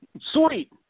Sweet